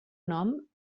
nom